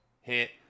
hit